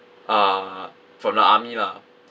uh from the army lah